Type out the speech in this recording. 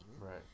right